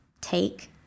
take